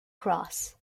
cross